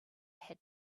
had